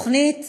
תכנית